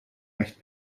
recht